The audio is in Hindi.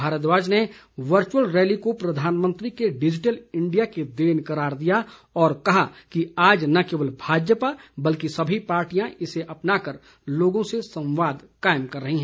भारद्वाज ने वर्चुअल रैली को प्रधानमंत्री के डिजिटल इंडिया की देन करार दिया और कहा कि आज न केवल भाजपा बल्कि सभी पार्टियां इसे अपनाकर लोगों से संवाद कायम कर रही हैं